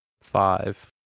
five